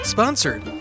Sponsored